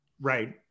Right